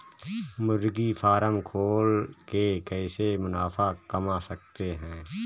मुर्गी फार्म खोल के कैसे मुनाफा कमा सकते हैं?